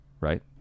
right